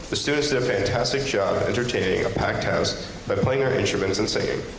the students did a fantastic job entertaining a packed house by playing their instruments and singing.